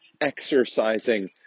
exercising